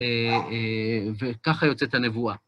וככה יוצאת הנבואה.